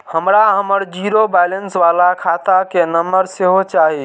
हमरा हमर zero balance बाला खाता के नम्बर सेहो चाही